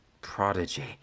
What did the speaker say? prodigy